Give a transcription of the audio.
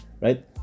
right